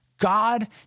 God